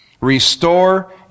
restore